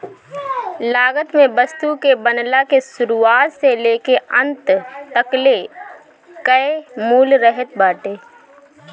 लागत में वस्तु के बनला के शुरुआत से लेके अंत तकले कअ मूल्य रहत बाटे